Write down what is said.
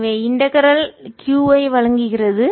எனவே இன்டகரல் ஒருங்கிணைப்பு q ஐ வழங்குகிறது